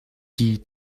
die